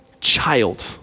child